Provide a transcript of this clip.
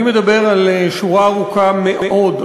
אני מדבר על שורה ארוכה מאוד,